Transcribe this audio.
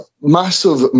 massive